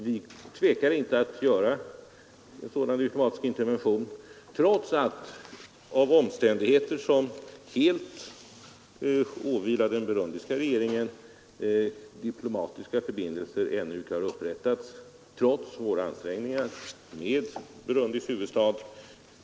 Vi tvekar inte att göra en sådan diplomatisk intervention trots att av omständigheter, som helt beror på den burundiska regeringen, diplomatiska förbindelser ännu inte upprättats med Burundis huvudstad.